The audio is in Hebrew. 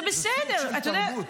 זה סוג של תרבות.